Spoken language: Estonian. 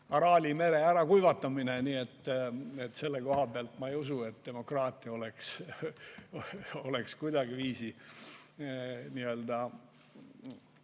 Araali mere ärakuivatamine. Nii et selle koha pealt ma ei usu, et demokraatia kuidagiviisi ei kõlbaks